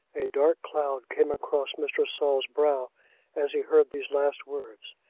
a dark cloud came across mr. saul's brow as he heard these last words.